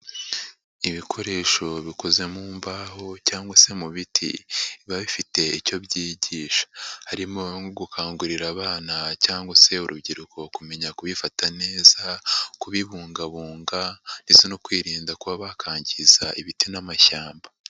Ibikoresho bikoze mu mbaho cyangwa se mu biti, biba bifite icyo byigisha, harimo gukangurira abana cyangwa se urubyiruko kumenya kubifata neza, kubibungabunga, ndetse no kwirinda kuba bakangiza ibiti n'amashyamba.